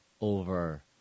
over